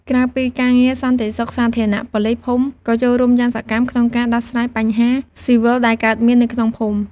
ក្រៅពីការងារសន្តិសុខសាធារណៈ ប៉ូលីសភូមិក៏ចូលរួមយ៉ាងសកម្មក្នុងការ ដោះស្រាយបញ្ហាស៊ីវិល ដែលកើតមាននៅក្នុងភូមិ។